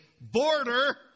border